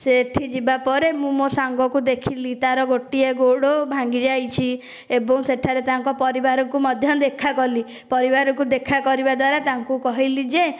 ସେହିଠି ଯିବା ପରେ ମୁଁ ମୋ ସାଙ୍ଗକୁ ଦେଖିଲି ତା'ର ଗୋଟିଏ ଗୋଡ଼ ଭାଙ୍ଗିଯାଇଛି ଏବଂ ସେଠାରେ ତାଙ୍କ ପରିବାରକୁ ମଧ୍ୟ ଦେଖାକଲି ପରିବାରଙ୍କୁ ଦେଖାକରିବା ଦ୍ୱାରା ତାଙ୍କୁ କହିଲି ଯେ